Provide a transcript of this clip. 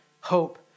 hope